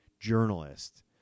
journalist